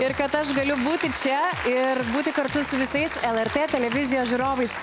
ir kad aš galiu būti čia ir būti kartu su visais lrt televizijos žiūrovais